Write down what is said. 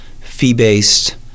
fee-based